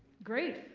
great.